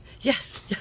yes